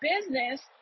business